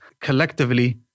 collectively